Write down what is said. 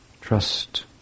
trust